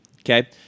Okay